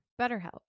BetterHelp